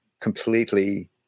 completely